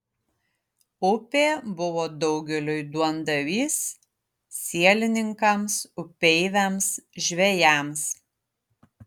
upė buvo daugeliui duondavys sielininkams upeiviams žvejams